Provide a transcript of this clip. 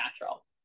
natural